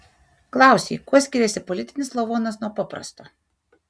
klausei kuo skiriasi politinis lavonas nuo paprasto